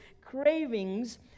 cravings